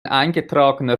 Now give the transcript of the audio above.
eingetragener